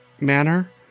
manner